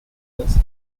illness